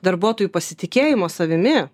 darbuotojų pasitikėjimo savimi